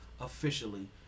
officially